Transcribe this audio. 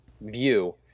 view